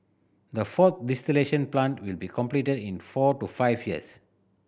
the fourth plant will be completed in four to five years